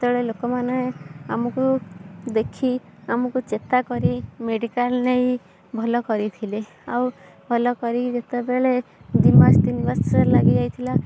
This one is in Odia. ସେତେବେଳେ ଲୋକମାନେ ଆମକୁ ଦେଖି ଆମକୁ ଚେତା କରି ମେଡ଼ିକାଲ୍ ନେଇ ଭଲ କରିଥିଲେ ଆଉ ଭଲ କରି ଯେତେବେଳେ ଦୁଇମାସ ତିନିମାସ ସେଇଟା ଲାଗିଯାଇ ଥିଲା